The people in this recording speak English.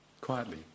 Quietly